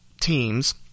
teams